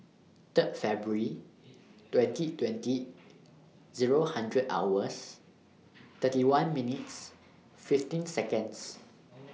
Third February twenty twenty Zero hours thirty one minutes fifteen Seconds